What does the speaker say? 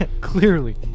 clearly